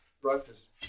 breakfast